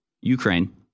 ukraine